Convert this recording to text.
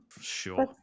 Sure